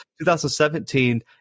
2017